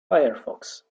firefox